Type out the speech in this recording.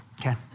Okay